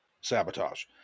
sabotage